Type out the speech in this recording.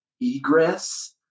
egress